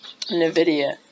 NVIDIA